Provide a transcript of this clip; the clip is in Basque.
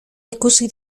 ikusi